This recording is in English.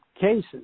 cases